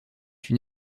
une